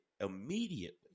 immediately